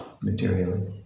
materially